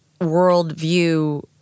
worldview